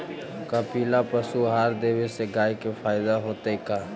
कपिला पशु आहार देवे से गाय के फायदा होतै का?